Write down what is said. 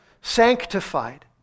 sanctified